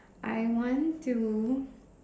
I want to